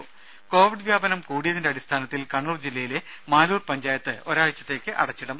രുമ കോവിഡ് വ്യാപനം കൂടിയതിന്റെ അടിസ്ഥാനത്തിൽ കണ്ണൂർ ജില്ലയിലെ മാലൂർ പഞ്ചായത്ത് ഒരാഴ്ചത്തേക്ക് അടച്ചിടും